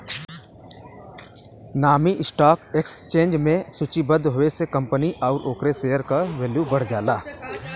नामी stock exchange में सूचीबद्ध होये से कंपनी आउर ओकरे शेयर क वैल्यू बढ़ जाला